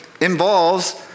involves